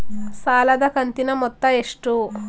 ಸಾಲದ ಕಂತಿನ ಮೊತ್ತ ಎಷ್ಟು?